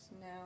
now